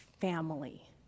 family